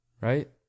right